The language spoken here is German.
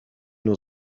nur